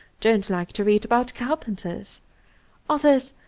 don't like to read about carpenters others,